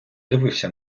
дивився